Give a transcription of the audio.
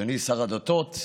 אדוני שר הדתות,